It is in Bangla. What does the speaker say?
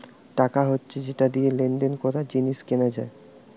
টাকা হচ্ছে যেটা দিয়ে লেনদেন করা, জিনিস কেনা যায়